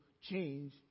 change